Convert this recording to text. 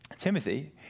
Timothy